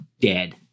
Dead